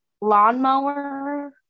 lawnmower